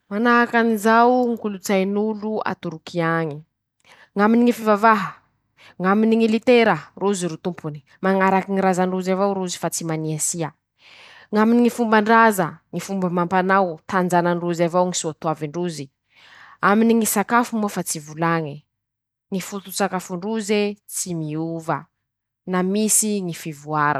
Manahaky anizao ñy kolotsain'olo a toroky añy: -ñ'aminy ñy fivavaha ,ñ'aminy ñy litera ,rozy ro tompony; mañaraky ñy razan-drozy avao rozy fa tsy maniasia; ñ'aminy ñy fomban-draza ,ñy fomba amampanao ,tanjanan-drozy avao ñy soa toavin-drozy ,aminy ñy sakafo moa fa tsy volañy ,ñy foto-tsakafon-droze tsy miova na misy ñy fivoara.